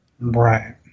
Right